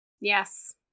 Yes